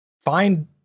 Find